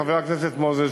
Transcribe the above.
חבר הכנסת מוזס,